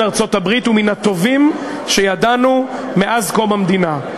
ארצות-הברית הוא בין הטובים שידענו מאז קום המדינה.